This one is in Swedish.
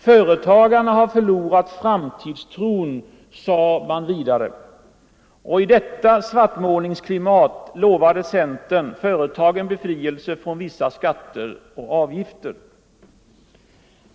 Företagarna har förlorat framtidstron, sade man vidare. I detta svartmålningsklimat lovade centern företagen befrielse från vissa skatter och avgifter.